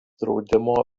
draudimo